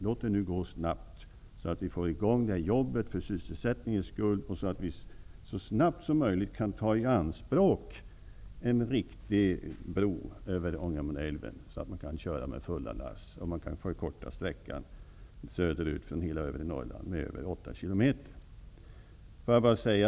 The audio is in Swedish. Låt det gå snabbt, så att vi får i gång jobbet med tanke på sysselsättningen, och för att vi så snabbt som möjligt skall kunna ta en riktig bro över Ångermanälven i anspråk. När man kan köra med fulla lass kan man förkorta körsträckan från hela övre Norrland söderut med mer än 8 km.